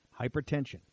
Hypertension